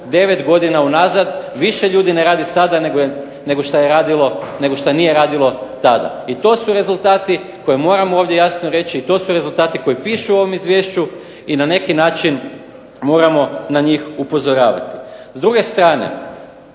9 godina unazad, više ljudi ne radi sada nego što nije radilo tada. I to su rezultati koje moramo jasno ovdje reći, to su rezultati koji pišu ovdje u Izvješću i na neki način moramo na njih upozoravati. S druge strane